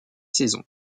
saison